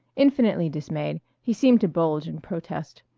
infinitely dismayed, he seemed to bulge in protest.